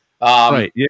Right